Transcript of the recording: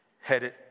headed